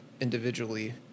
individually